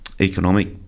economic